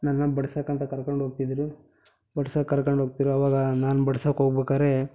ನನ್ನ ಬಡ್ಸೋಕಂತ ಕರ್ಕಂಡು ಹೋಗ್ತಿದ್ದರು ಬಡ್ಸಕ್ಕೆ ಕರ್ಕಂಡು ಹೋಗ್ತಿದ್ರು ಅವಾಗ ನಾನು ಬಡ್ಸಕ್ಕೆ ಹೋಗ್ಬೇಕಾರೆ